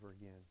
again